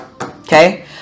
okay